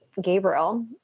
Gabriel